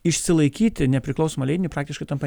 išsilaikyti nepriklausomą leidinį praktiškai tampa